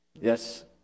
Yes